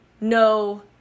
no